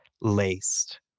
laced